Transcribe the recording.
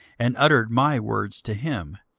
and uttered my words to him.